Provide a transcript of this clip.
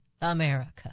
America